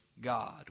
God